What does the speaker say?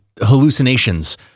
hallucinations